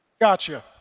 Gotcha